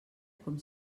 com